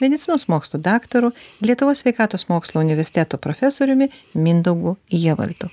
medicinos mokslų daktaru lietuvos sveikatos mokslų universiteto profesoriumi mindaugu jievaltu